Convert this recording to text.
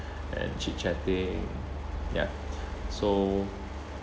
and chit chatting ya so